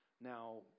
Now